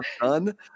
done